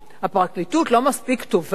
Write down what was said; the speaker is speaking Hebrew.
הפרקליטות לא מספיק טובה?